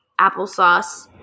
applesauce